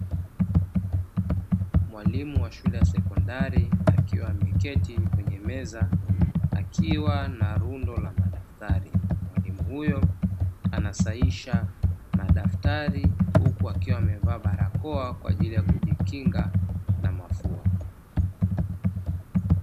Mwalimu wa shule ya sekondari akiwa ameketi kwenye meza akiwa na rundo la madaftari. Mwalimu huyo ana sahihisha madaftari huku akiwa amevaa barakoa kwa ajili ya kujikinga na mafua.